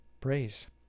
praise